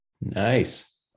nice